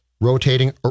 rotating